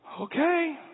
Okay